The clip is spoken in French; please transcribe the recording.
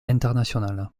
internationale